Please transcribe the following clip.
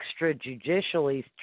extrajudicially